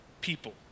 people